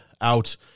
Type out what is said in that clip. out